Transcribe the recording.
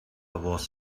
was